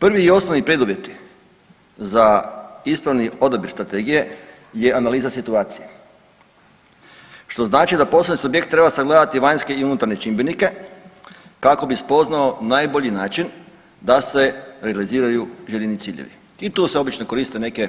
Prvi i osnovni preduvjet je za ispravni odabir strategije je analiza situacija, što znači da poslovni subjekt treba sagledati vanjske i unutarnje čimbenike kako bi spoznao najbolji način da se realiziraju željeni ciljevi i tu se obično koriste neke